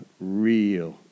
real